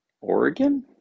oregon